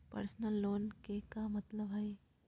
Personal loan के का मतलब हई?